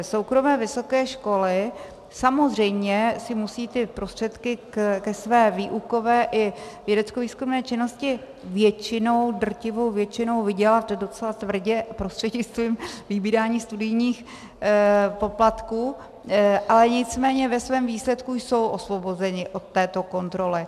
Soukromé vysoké školy samozřejmě si musí prostředky ke své výukové i vědeckovýzkumné činnosti většinou, drtivou většinou vydělat docela tvrdě prostřednictvím vybírání studijních poplatků, ale nicméně ve svém výsledku jsou osvobozeny od této kontroly.